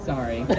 Sorry